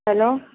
hello